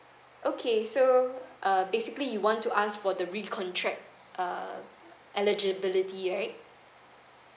okay so uh basically you want to ask for the re-contract err eligibility right